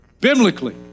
biblically